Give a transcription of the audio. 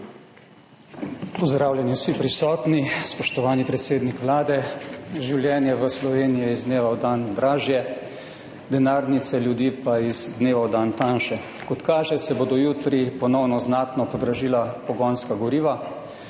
Pozdravljeni vsi prisotni! Spoštovani predsednik Vlade! Življenje v Sloveniji je iz dneva v dan dražje, denarnice ljudi pa iz dneva v dan tanjše. Kot kaže, se bodo jutri ponovno znatno podražila pogonska goriva,